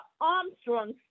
armstrong